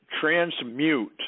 transmute